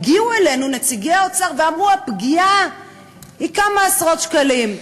הגיעו אלינו נציגי האוצר ואמרו שהפגיעה היא כמה עשרות שקלים,